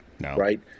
right